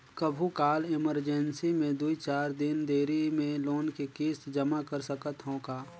कभू काल इमरजेंसी मे दुई चार दिन देरी मे लोन के किस्त जमा कर सकत हवं का?